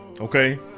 okay